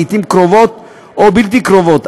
לעתים קרובות או בלתי קרובות,